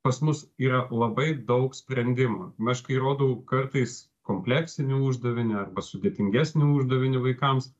pas mus yra labai daug sprendimų aš kai rodau kartais kompleksinį uždavinį arba sudėtingesnį uždavinį vaikams